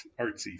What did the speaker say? artsy